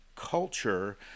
culture